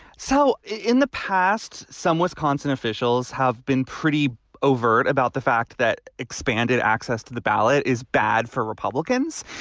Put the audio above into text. so in the past, some wisconsin officials have been pretty overt about the fact that expanded access to the ballot is bad for republicans.